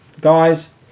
Guys